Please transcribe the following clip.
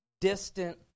distant